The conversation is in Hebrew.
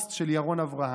פוסט של ירון אברהם: